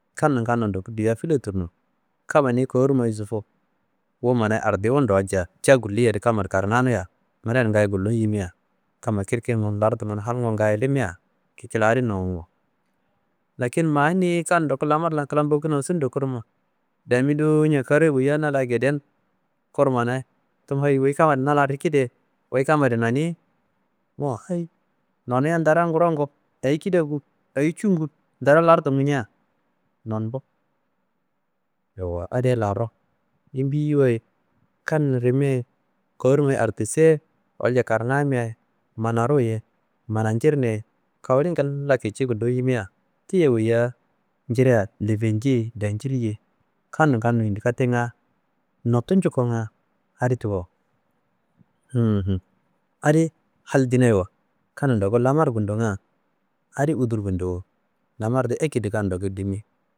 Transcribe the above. Kanin kanin ndoku diya filetrunoyi kamma niyi kornummiyi sufu wummanayi niyi hardiyimro walca ca guliyadi kammaro karunganiya manadi ngayi gulum yimia kamma kirkengu n lardungu n halngu n ngayi limia kicila adin nomwo lakin maa niyi kan ndaku lamar lan kla mbokuno sunro kurmo damiyi dowo nja kureyi woya na la geden kurmanayi tumu heyi wuyi kammadi na lan rikide, wuyi kammadi noniyi mo heyi noniyia ndara ngorongu? Eyi kidangu? Eyi cungu? Ndara lardungu njiya nonumbu yowuwa adiye laro yimbiyiwayi kan rimi ye kornummayi hardisewalca karunganmea ye, manaru ye, mancirine ye, kawuli ngilla kici gullu yimia tiyi ye woyiya njiria lefenci ye, danciri ye kannun kannun yidikatenga notu ngukonga adi tiwo. «hesitation » adi hal dinayewo, kannun ndaku lamar gundonga adi udur ngundowo, lamar di ekedo kan ndaku dimi